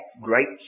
great